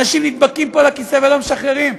אנשים נדבקים פה לכיסא ולא משחררים.